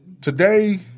today